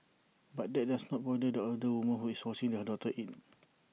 but that does not bother the older woman who is watching her daughter ate